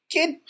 Kid